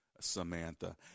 Samantha